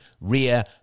rear